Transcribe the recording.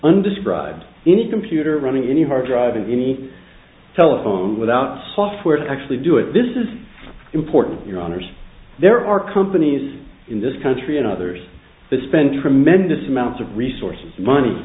undescribed any computer running any hard drive in any telephone without software to actually do it this is important your honour's there are companies in this country and others that spend tremendous amounts of resources money